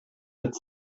ett